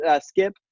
skip